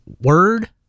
Word